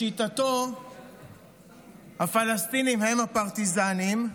לשיטתו הפלסטינים הם הפרטיזנים,